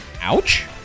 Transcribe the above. Ouch